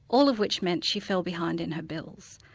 all of which meant she fell behind in her bills.